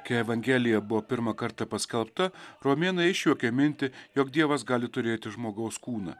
kai evangelija buvo pirmą kartą paskelbta romėnai išjuokė mintį jog dievas gali turėti žmogaus kūną